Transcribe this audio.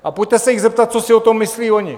A pojďte se jich zeptat, co si o tom myslí oni.